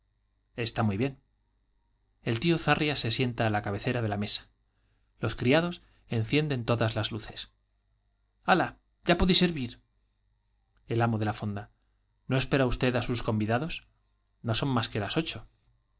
está muy bien el tío zarrias se sienta á la cabecera de la mesa los criados encienden todas las luces ala ya podís sirvir el amo ele la fonda no espera usted á sus convidados no son más que las ocho